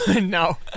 no